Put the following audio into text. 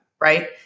right